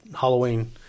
halloween